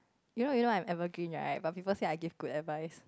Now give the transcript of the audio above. you do you do I'm ever green right but people say I give good advice